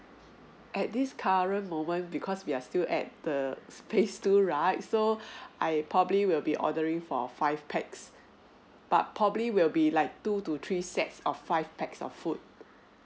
at this current moment because we are still at the phase two right so I probably will be ordering for five paxs but probably it will be like two to three sets of five pax of food